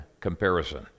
comparison